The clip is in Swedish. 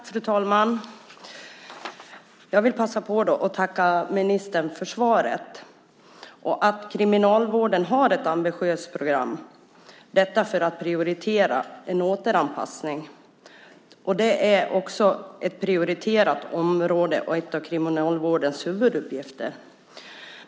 Fru talman! Jag vill passa på att tacka ministern för svaret. Kriminalvården har ett ambitiöst program - detta för att prioritera en återanpassning. Det är ett prioriterat område och ett av Kriminalvårdens huvuduppgifter.